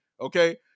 okay